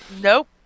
nope